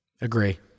Agree